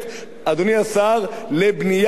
לבנייה תקציבית,